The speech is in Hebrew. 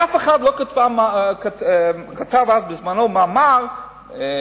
אף אחד לא כתב בזמנו מאמר ב"הארץ"